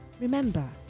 Remember